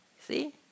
See